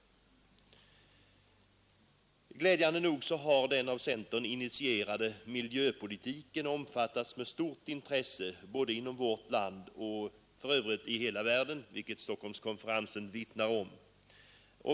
Glädjande nog har den av centern initierade miljöpolitiken omfattats med stort intresse både inom vårt land och i hela världen, vilket Stockholmskonferensen vittnar om.